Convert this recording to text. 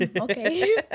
Okay